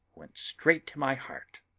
went straight to my heart.